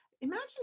imagine